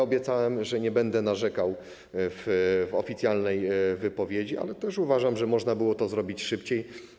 Obiecałem, że nie będę narzekał w oficjalnej wypowiedzi, ale też uważam, że można było to zrobić szybciej.